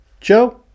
Joe